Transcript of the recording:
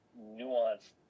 nuanced